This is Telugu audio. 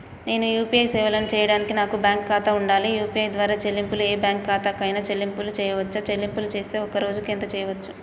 నేను యూ.పీ.ఐ సేవలను చేయడానికి నాకు బ్యాంక్ ఖాతా ఉండాలా? యూ.పీ.ఐ ద్వారా చెల్లింపులు ఏ బ్యాంక్ ఖాతా కైనా చెల్లింపులు చేయవచ్చా? చెల్లింపులు చేస్తే ఒక్క రోజుకు ఎంత చేయవచ్చు?